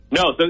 No